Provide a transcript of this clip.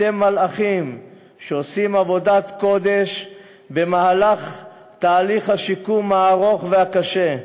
אתם מלאכים שעושים עבודת קודש במהלך תהליך השיקום הארוך והקשה.